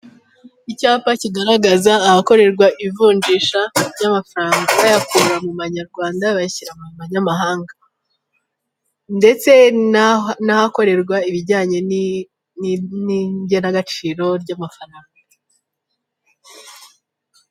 Icyapa kigaragaza ahakorerwa ivunjisha ry'amafranga bayakura mu ma nyarwanda bayashyira mu manyamahanga . Ndetse n'ahakorerwa ibijyanye ni ingenagaciro ry'amafaranga